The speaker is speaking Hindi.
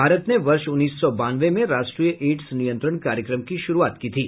भारत ने वर्ष उन्नीस सौ बानवे में राष्ट्रीय एड्स नियंत्रण कार्यक्रम की शुरुआत की थी